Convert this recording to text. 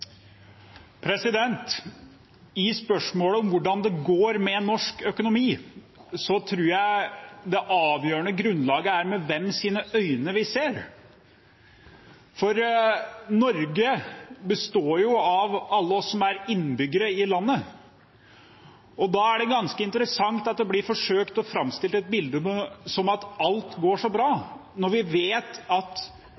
I spørsmålet om hvordan det går med norsk økonomi, tror jeg det avgjørende er med hvilke øyne vi ser. Norge består av alle oss innbyggere i landet, og da er det ganske interessant at det blir forsøkt framstilt et bilde av at alt går så bra